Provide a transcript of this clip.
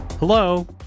hello